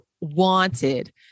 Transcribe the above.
wanted